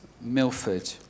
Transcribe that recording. Milford